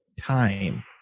time